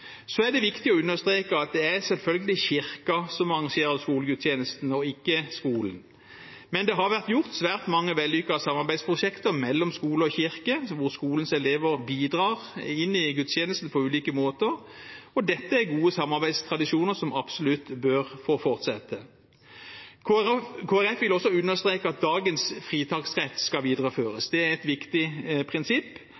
Så er det viktig å understreke at det er selvfølgelig Kirken som arrangerer skolegudstjenesten, og ikke skolen. Men det har vært gjort svært mange vellykkede samarbeidsprosjekter mellom skole og kirke, hvor skolens elever bidrar inn i gudstjenesten på ulike måter. Dette er gode samarbeidstradisjoner som absolutt bør få fortsette. Kristelig Folkeparti vil også understreke at dagens fritaksrett skal